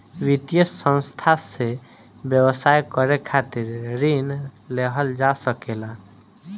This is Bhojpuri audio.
वित्तीय संस्था से व्यवसाय करे खातिर ऋण लेहल जा सकेला